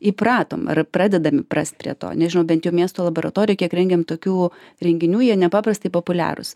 įpratom ar pradedam įprast prie to nežinau bet jau miesto laboratorijoj kiek rengiam tokių renginių jie nepaprastai populiarūs